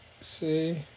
see